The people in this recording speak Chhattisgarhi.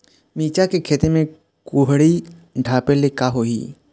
मिरचा के खेती म कुहड़ी ढापे ले का होही?